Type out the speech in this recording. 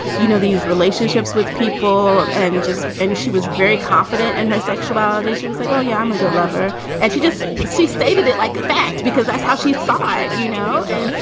you know, these relationships with people and just. and she was very confident in her sexuality. she was like, oh, yeah, i'm a good lover and she just just stated it like fact because that's how she sighed, you know? and, yeah